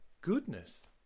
goodness